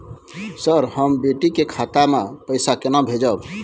Sir, हम बेटी के खाता मे पैसा केना भेजब?